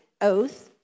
oath